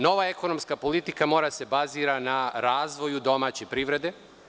Nova ekonomska politika mora da se bazira na razvoju domaće privrede.